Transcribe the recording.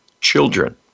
children